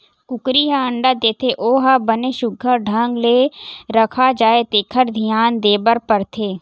कुकरी ह अंडा देथे ओ ह बने सुग्घर ढंग ले रखा जाए तेखर धियान देबर परथे